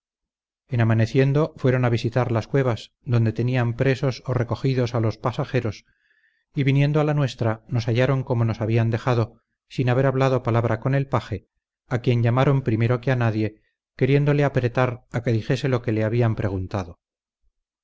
en amaneciendo fueron a visitar las cuevas donde tenían presos o recogidos a los pasajeros y viniendo a la nuestra nos hallaron como nos habían dejado sin haber hablado palabra con el paje a quien llamaron primero que a nadie queriéndole apretar a que dijese lo que le habían preguntado